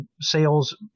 sales